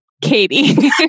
Katie